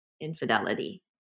infidelity